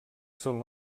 són